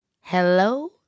Hello